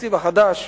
בתקציב החדש,